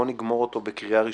בואו נגמור אותו בקריאה ראשונה,